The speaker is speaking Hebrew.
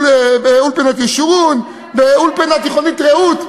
באולפנת ישורון ובאולפנה התיכונית רעות.